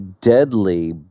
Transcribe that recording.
deadly